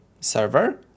server